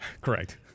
Correct